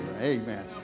Amen